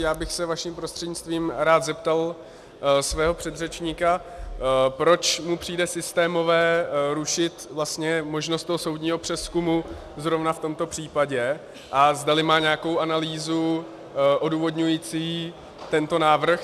Já bych se vaším prostřednictvím rád zeptal svého předřečníka, proč mu přijde systémové rušit možnost soudního přezkumu zrovna v tomto případě a zdali má nějakou analýzu odůvodňující tento pozměňovací návrh.